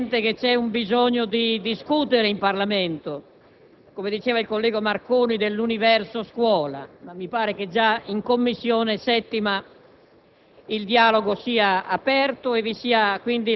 in altre sedi e nel Paese, segno evidente che c'è un bisogno di discutere in Parlamento - come affermava il collega Marconi - dell'universo scuola. Mi pare che in 7a Commissione il